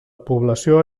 població